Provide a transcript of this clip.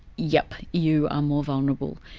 yep, you are more vulnerable.